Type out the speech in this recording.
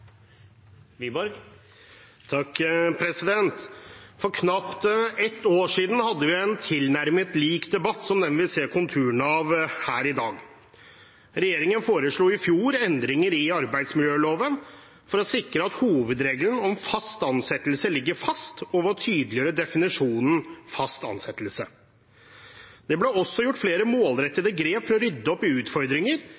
For knapt et år siden hadde vi en tilnærmet lik debatt som den vi ser konturene av her i dag. Regjeringen foreslo i fjor endringer i arbeidsmiljøloven for å sikre at hovedregelen om fast ansettelse ligger fast, og for å tydeliggjøre definisjonen av fast ansettelse. Det ble også gjort flere